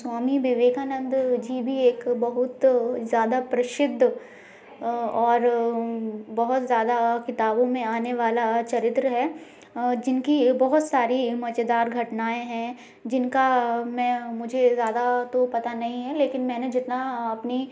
स्वामी विवेकानंद जी भी एक बहुत ज़्यादा प्रसिद्ध और बहुत ज़्यादा किताबों में आने वाला चरित्र है जिनकी बहुत सारी मज़ेदार रचनाएं है जिनका मैं मुझे ज़्यादा तो पता नहीं है लेकिन मैंने जितना अपनी